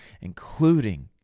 including